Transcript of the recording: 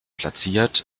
platziert